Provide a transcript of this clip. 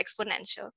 exponential